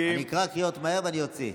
אני אקרא קריאות מהר ואני אוציא.